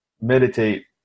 meditate